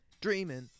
Dreaming